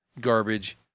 garbage